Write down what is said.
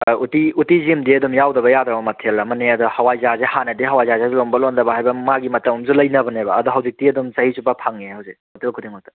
ꯎꯇꯤꯖꯤꯝꯗꯤ ꯑꯗꯨꯝ ꯌꯥꯎꯗꯕ ꯌꯥꯗ꯭ꯔꯕ ꯃꯊꯦꯜ ꯑꯃꯅꯦ ꯑꯗꯣ ꯍꯋꯥꯏꯖꯥꯔꯖꯦ ꯍꯥꯟꯅꯗꯤ ꯍꯋꯥꯏꯖꯥꯔꯖꯦ ꯂꯣꯟꯕ ꯂꯣꯟꯗꯕ ꯍꯥꯏꯕ ꯃꯥꯒꯤ ꯃꯇꯝ ꯑꯝꯖꯨ ꯂꯩꯅꯕꯅꯦꯕ ꯑꯗꯣ ꯍꯧꯖꯤꯛꯇꯤ ꯑꯗꯨꯝ ꯆꯍꯤ ꯆꯨꯞꯄ ꯐꯪꯉꯦ ꯍꯧꯖꯤꯛ ꯍꯣꯇꯦꯜ ꯈꯨꯗꯤꯡꯃꯛꯇ